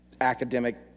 academic